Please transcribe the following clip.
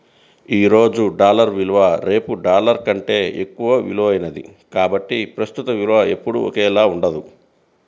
ఈ రోజు డాలర్ విలువ రేపు డాలర్ కంటే ఎక్కువ విలువైనది కాబట్టి ప్రస్తుత విలువ ఎప్పుడూ ఒకేలా ఉండదు